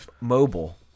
mobile